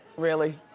really?